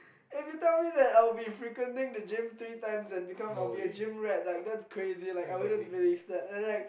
if you tell me that I would be frequenting the gym three times and become of the gym rep like that's crazy like I wouldn't believe that and then like